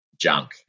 junk